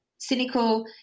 cynical